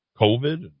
COVID